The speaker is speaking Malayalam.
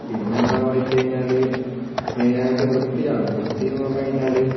പിന്നെ എന്താണെന്നു വച്ചു കഴിഞ്ഞാൽ മെയിൻ ആയിട്ട് വൃത്തിയാണ് വൃത്തിയെന്ന് പറഞ്ഞു കഴിഞ്ഞാൽ